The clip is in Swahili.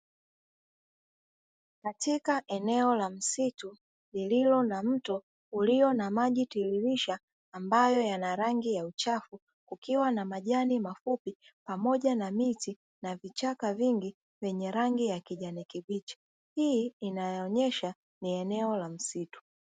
Katika eneo la msitu lililo na mto ulio na maji tiririsha ambayo yana rangi ya uchafu, kukiwa na majani mafupi pamoja na miti, na vichaka vingi vyenye rangi ya kijani kibichi. Hii inayoonyesha ni eneo la msitu.